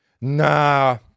Nah